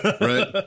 right